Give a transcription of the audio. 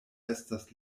estas